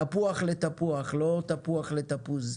תפוח לתפוח לא תפוח לתפוז.